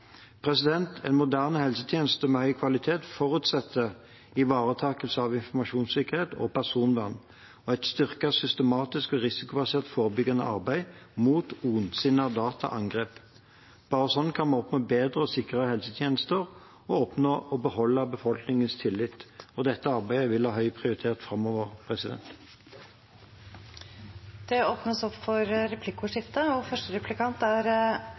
En moderne helsetjeneste med høy kvalitet forutsetter ivaretakelse av informasjonssikkerhet og personvern og et styrket, systematisk og risikobasert forebyggende arbeid mot ondsinnete dataangrep. Bare sånn kan vi oppnå bedre og sikrere helsetjenester og beholde befolkningens tillit. Dette arbeidet vil ha høy prioritet framover. Det blir replikkordskifte. Direktoratet for e-helse påpeiker i «Overordnet risiko- og